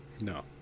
No